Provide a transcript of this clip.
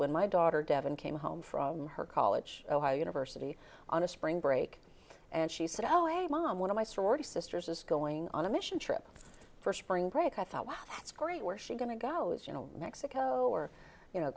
when my daughter devon came home from her college university on a spring break and she said oh a mom one of my sorority sisters is going on a mission trip for spring break i thought wow that's great where she going to go is you know mexico or you know